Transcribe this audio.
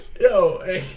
Yo